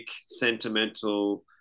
sentimental